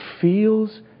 feels